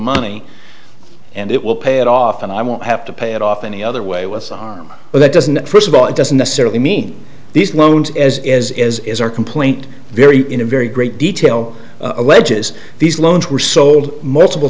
money and it will pay it off and i won't have to pay it off any other way but that doesn't first of all it doesn't necessarily mean these loans as as as is our complaint very in a very great detail alleges these loans were sold multiple